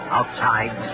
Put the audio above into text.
Outside